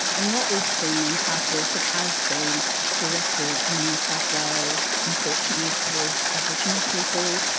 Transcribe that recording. and what we've seen in practice, it has been directed in new south wales unfortunately towards aboriginal people,